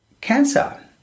cancer